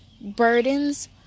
burdens